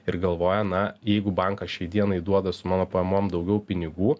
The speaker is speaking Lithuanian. ir galvoja na jeigu bankas šiai dienai duoda su mano pajamom daugiau pinigų